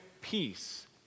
peace